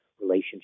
relationship